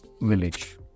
village